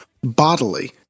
bodily